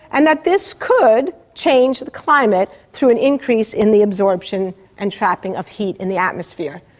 and that this could change the climate through an increase in the absorption and trapping of heat in the atmosphere.